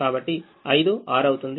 కాబట్టి 5 6 అవుతుంది